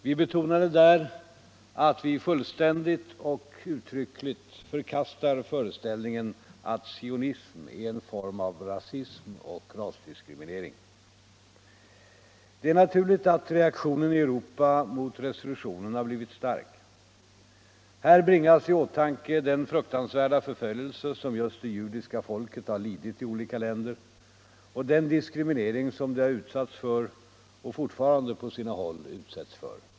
Vi betonade där att vi fullständigt och uttryckligt förkastar föreställningen att sionism är en form av rasism och rasdiskriminering. Det är naturligt att reaktionen i Europa mot resolutionen har blivit stark. Här bringas i åtanke den fruktansvärda förföljelse som just det judiska folket har lidit i olika länder och den diskriminering som de har utsatts för och fortfarande på sina håll utsätts för.